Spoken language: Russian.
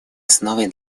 основой